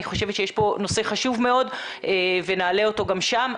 אני חושבת שיש פה נושא חשוב מאוד ונעלה אותו גם שם.